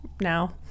now